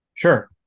Sure